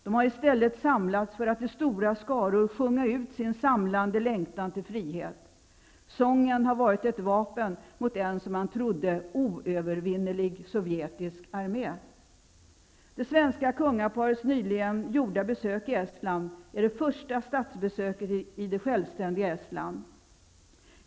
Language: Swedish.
De har i stället samlats för att i stora skaror sjunga ut sin samlande längtan till frihet. Sången har varit ett vapen mot en som man trodde oövervinnelig sovjetisk armé. Estland är det första statsbesöket i det självständiga Estland.